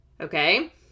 okay